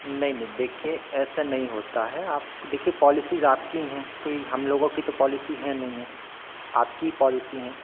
नहीं नहीं देखिए ऐसा नहीं होता है आप देखिए पॉलिसीज़ आपकी हैं कोई हमलोगों की तो पॉलिसीज़ हैं नहीं है आपकी ही पॉलिसीज़ हैं